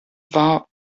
war